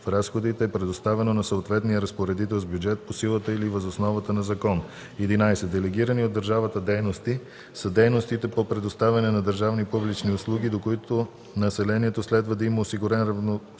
в разходите е предоставено на съответния разпоредител с бюджет по силата или въз основа на закон. 11. „Делегирани от държавата дейности” са дейностите по предоставяне на държавни публични услуги, до които населението следва да има осигурен равностоен